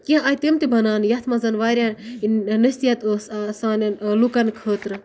کینٛہہ آے تِم تہِ بَناونہٕ یَتھ منٛز واریاہ نصیٖحت ٲس سانٮ۪ن لُکَن خٲطرٕ